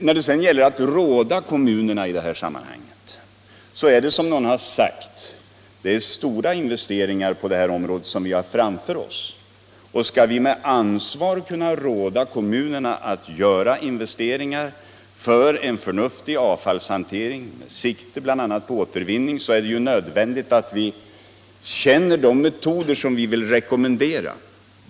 När det sedan gäller att råda kommunerna i detta sammanhang har vi, som någon har sagt, stora investeringar på detta område framför oss. Skall vi med ansvar kunna råda kommunerna att göra investeringar för en förnuftig avfallshantering med sikte bl.a. på återvinning är det nödvändigt att vi känner de metoder som vi vill rekommendera.